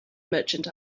merchant